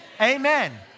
Amen